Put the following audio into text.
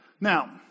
Now